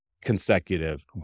consecutive